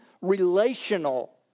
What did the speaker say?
relational